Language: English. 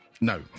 No